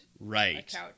Right